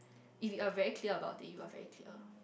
if you are very clear about this you are very clear